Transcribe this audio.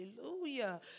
Hallelujah